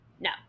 No